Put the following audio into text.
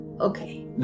Okay